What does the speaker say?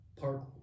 Park